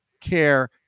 care